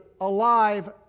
alive